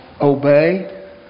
Obey